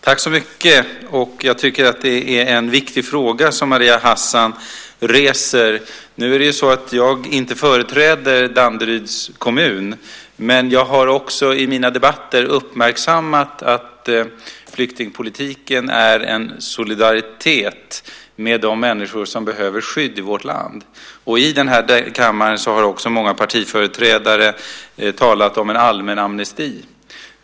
Herr talman! Jag tycker att det är en viktig fråga som Maria Hassan reser. Nu företräder inte jag Danderyds kommun, men jag har också i mina debatter uppmärksammat att flyktingpolitiken handlar om solidaritet med de människor som behöver skydd i vårt land. Många partiföreträdare har också talat i denna kammare om en allmän amnesti.